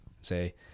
say